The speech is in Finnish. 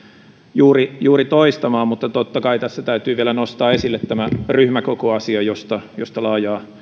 juuri juuri toistamaan mutta totta kai tässä täytyy vielä nostaa esille tämä ryhmäkokoasia josta josta laajaa